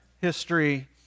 history